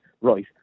right